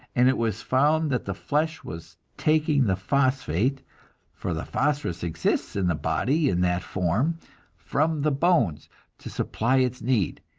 and it was found that the flesh was taking the phosphate for the phosphorus exists in the body in that form from the bones to supply its need.